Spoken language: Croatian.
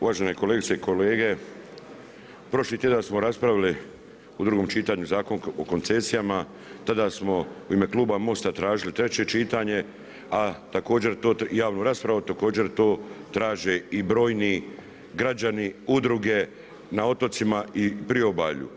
Uvažene kolegice i kolege, prošli tjedan smo raspravili udrugom čitanju Zakon o koncesijama, tada smo u ime kluba MOST-a tražili treće čitanje a također, javnu raspravu, također to traže i brojni građani, udruge, na otocima i priobalju.